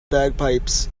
bagpipes